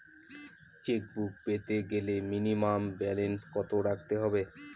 Chequebook পেতে গেলে minimum balance কত রাখতে হবে?